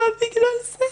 בגלל זה.